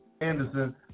Anderson